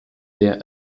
der